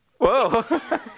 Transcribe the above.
Whoa